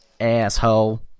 Asshole